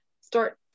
start